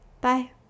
Bye